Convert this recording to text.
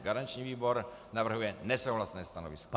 Garanční výbor navrhuje nesouhlasné stanovisko.